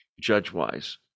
judge-wise